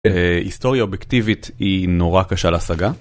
היסטוריה אובייקטיבית היא נורא קשה להשגה.